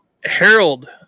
Harold